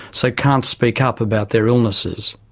so can't speak up about their illnesses.